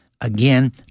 Again